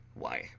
why,